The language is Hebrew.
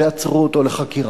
ועצרו אותו לחקירה.